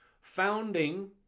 founding